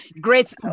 great